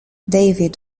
david